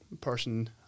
person